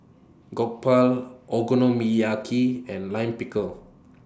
Jokbal Okonomiyaki and Lime Pickle